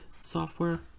Software